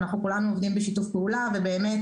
אנחנו כולנו עובדים בשיתוף פעולה ובאמת